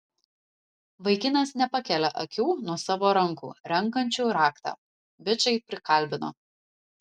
vaikinas nepakelia akių nuo savo rankų renkančių raktą bičai prikalbino